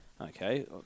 Okay